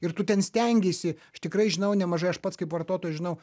ir tu ten stengeisi aš tikrai žinau nemažai aš pats kaip vartotojas žinau